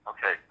Okay